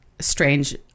strange